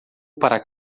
para